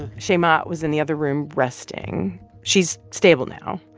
shaima was in the other room resting. she's stable now.